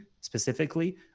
specifically